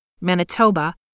Manitoba